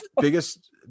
Biggest